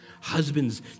Husbands